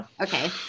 okay